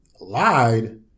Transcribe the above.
lied